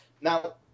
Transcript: Now